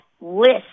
list